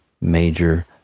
major